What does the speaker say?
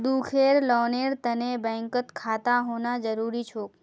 खुदेर लोनेर तने बैंकत खाता होना जरूरी छोक